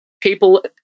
people